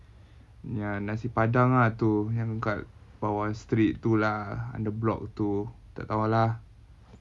yang nasi padang ah tu yang kat bawah street tu lah under block tu tak tahu lah